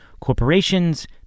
corporations